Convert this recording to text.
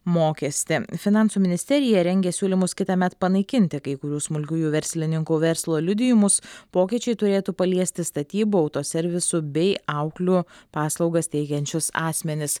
mokestį finansų ministerija rengia siūlymus kitąmet panaikinti kai kurių smulkiųjų verslininkų verslo liudijimus pokyčiai turėtų paliesti statybų autoservisų bei auklių paslaugas teikiančius asmenis